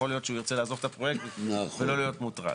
יכול להיות שהוא ירצה לעזוב את הפרויקט ולא להיות מוטרד.